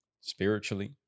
spiritually